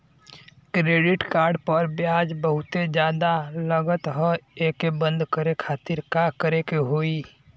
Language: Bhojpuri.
क्रेडिट कार्ड पर ब्याज बहुते ज्यादा लगत ह एके बंद करे खातिर का करे के होई?